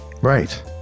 Right